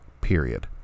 period